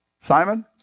Simon